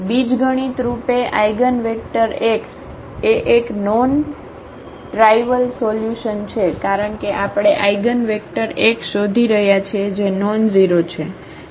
બીજગણિત રૂપે eigenvector x એ એક નોન ટ્રાઇવલ સોલ્યુશન છે કારણ કે આપણે આઇગન વેક્ટર x શોધી રહ્યા છીએ જે નોનઝેરો છે